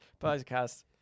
Podcast